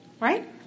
Right